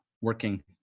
working